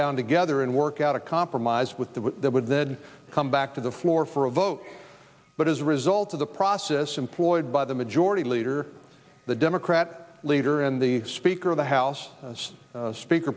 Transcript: down together and work out a compromise with the would then come back to the floor for a vote but as a result of the process employed by the majority leader the democrat leader and the speaker of the house speaker